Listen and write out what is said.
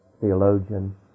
theologian